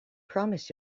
promise